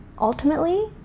ultimately